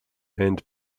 and